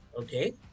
Okay